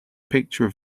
picture